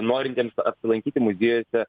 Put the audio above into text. norintiems apsilankyti muziejuose